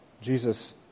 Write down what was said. Jesus